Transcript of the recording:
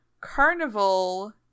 carnival